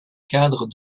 cadre